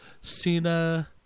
cena